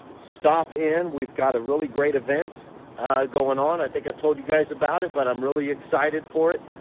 stop in! we've got a really great event going on. i think i've told you guys about it, but i'm really excited for it.